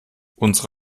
unsere